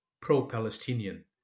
pro-Palestinian